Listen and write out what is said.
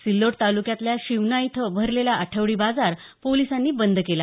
सिल्लोड तालुक्यातल्या शिवना इथं भरलेला आठवडी बाजार पोलिसांनी बंद केला